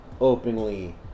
openly